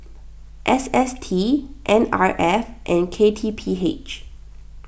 S S T N R F and K T P H